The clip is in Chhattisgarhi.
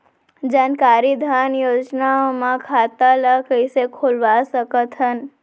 जानकारी धन योजना म खाता ल कइसे खोलवा सकथन?